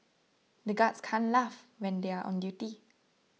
the guards can't laugh when they are on duty